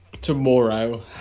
Tomorrow